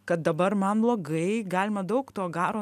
kad dabar man blogai galima daug to garo